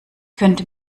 könnte